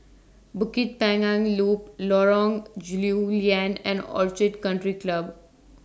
Bukit Panjang Loop Lorong Lew Lian and Orchid Country Club